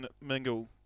Mingle